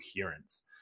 coherence